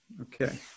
Okay